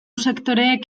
sektoreek